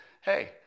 hey